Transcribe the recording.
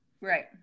Right